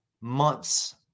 months